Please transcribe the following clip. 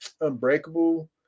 Unbreakable